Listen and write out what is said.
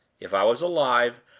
if i was alive,